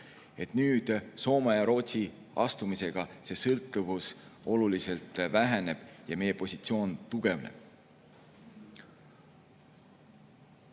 Nüüd Soome ja Rootsi [NATO-sse] astumisega see sõltuvus oluliselt väheneb ja meie positsioon tugevneb.